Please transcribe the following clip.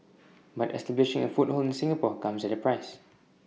but establishing A foothold in Singapore comes at A price